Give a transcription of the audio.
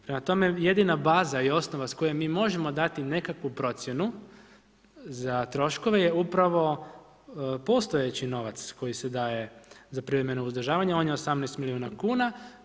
Prema tome, jedina baza i osnova s kojom mi možemo dati nekakvu procjenu za troškove je upravo postojeći novac koji se daje za privremeno uzdržavanje, on je 18 milijuna kuna.